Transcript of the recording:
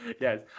Yes